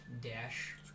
dash